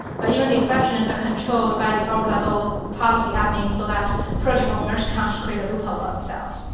but even the exceptions are controlled by the org-level policy admin so that project owners cannot just create a loophole for themselves.